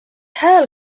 hääl